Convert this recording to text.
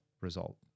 result